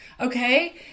Okay